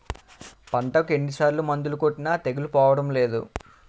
పంటకు ఎన్ని సార్లు మందులు కొట్టినా తెగులు పోవడం లేదు